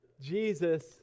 Jesus